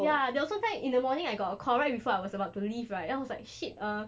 ya they'll sometimes in the morning I got a call right before I was about to leave right I was like shit uh